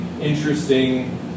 interesting